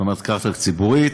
זאת אומרת קרקע ציבורית.